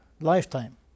lifetime